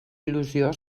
il·lusió